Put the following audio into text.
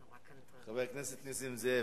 חבר הכנסת נסים זאב.